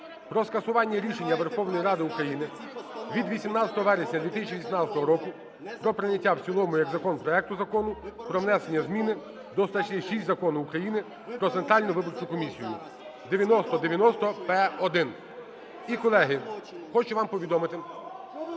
про скасування рішення Верховної Ради України від 18 вересня 2018 року про прийняття в цілому як закону проекту Закону "Про внесення зміни до статті 6 Закону України "Про Центральну виборчу комісію" (9090-П1). І, колеги, хочу вам повідомити…